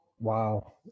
Wow